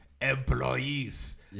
employees